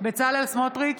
בצלאל סמוטריץ'